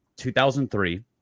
2003